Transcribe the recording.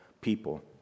people